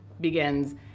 begins